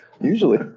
Usually